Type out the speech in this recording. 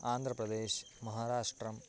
आन्द्रप्रदेशः महाराष्ट्रं